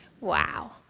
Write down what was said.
Wow